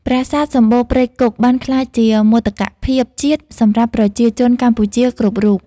ប្រាសាទសំបូរព្រៃគុកបានក្លាយជាមោទកភាពជាតិសម្រាប់ប្រជាជនកម្ពុជាគ្រប់រូប។